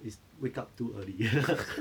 is wake up too early